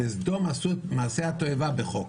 בסדום עשו את מעשי התועבה בחוק.